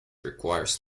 requires